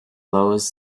loews